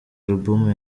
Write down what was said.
album